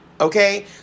okay